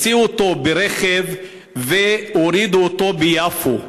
הסיעו אותו ברכב והורידו אותו ביפו.